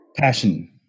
passion